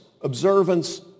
observance